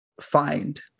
find